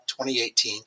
2018